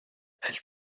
elle